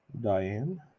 Diane